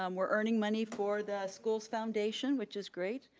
um we're earning money for the school's foundation which is great.